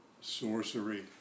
sorcery